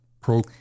pro